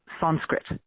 Sanskrit